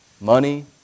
Money